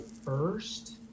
First